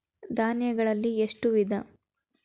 ಧಾನ್ಯಗಳಲ್ಲಿ ಎಷ್ಟು ವಿಧ?